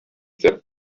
that